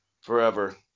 Forever